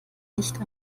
nicht